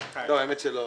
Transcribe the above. האמת שלא...